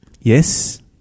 Yes